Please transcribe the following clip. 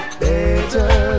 better